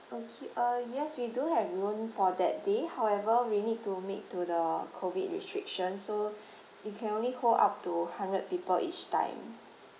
okay uh yes we do have room for that day however we need to meet to the COVID restrictions so it can only hold up to hundred people each time